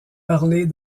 parlées